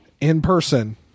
in-person